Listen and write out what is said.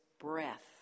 breath